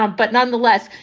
um but nonetheless,